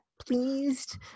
pleased